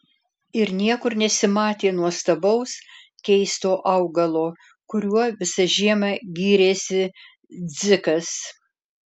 ir niekur nesimatė nuostabaus keisto augalo kuriuo visą žiemą gyrėsi dzikas